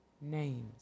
names